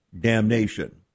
Damnation